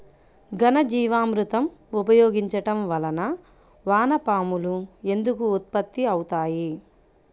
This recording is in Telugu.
ఘనజీవామృతం ఉపయోగించటం వలన వాన పాములు ఎందుకు ఉత్పత్తి అవుతాయి?